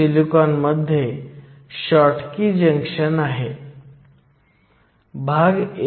silicon pn junction बद्दल दिलेला डेटाचा हा संपूर्ण संच आहे